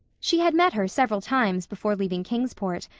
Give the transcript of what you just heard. she had met her several times before leaving kingsport,